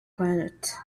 planet